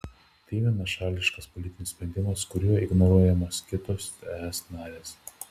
tai vienašališkas politinis sprendimas kuriuo ignoruojamos kitos es narės